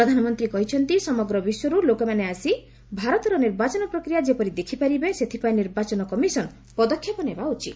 ପ୍ରଧାନମନ୍ତ୍ରୀ କହିଛନ୍ତି ସମଗ୍ର ବିଶ୍ୱରୁ ଲୋକମାନେ ଆସି ଭାରତର ନିର୍ବାଚନ ପ୍ରକ୍ରିୟା ଯେପରି ଦେଖିପାରିବେ ସେଥିପାଇଁ ନିର୍ବାଚନ କମିଶନ୍ ପଦକ୍ଷେପ ନେବା ଉଚିତ